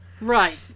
Right